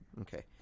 Okay